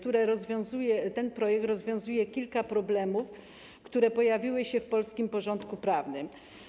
Ten projekt rozwiązuje kilka problemów, które pojawiły się w polskim porządku prawnym.